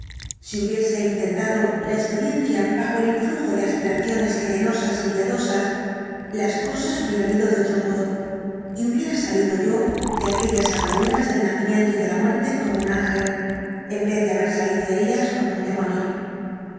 si hubiese intentado la experiencia bajo el influjo el dr jekyll de aspiraciones generosas y piadosas las cosas hubieran ido de otro modo y hubiera salido yo de aquellas agonías del nacimiento y de la muerte como un ángel en vez de haber salido de ellas como un demonio